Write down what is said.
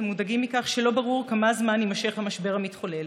ומודאגים מכך שלא ברור כמה זמן יימשך המשבר המתחולל.